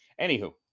Anywho